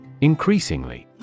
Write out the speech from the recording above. Increasingly